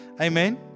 Amen